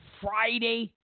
Friday